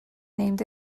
named